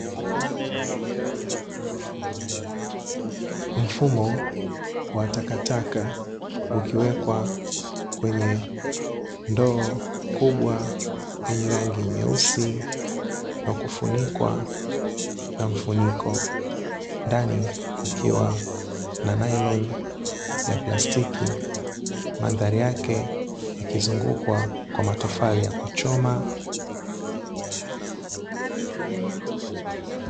Mfumo wa takataka ukiwekwa kwenye ndoo kubwa yenye rangi nyeusi, na kufunikwa na mfuniko ndani kukiwa na nailoni ya plastiki mandhari yake ikizungukwa kwa matofali ya kuchoma.